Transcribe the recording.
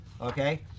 okay